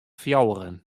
fjouweren